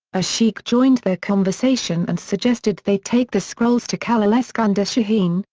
a sheikh joined their conversation and suggested they take the scrolls to khalil eskander shahin,